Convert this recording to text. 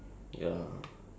night safari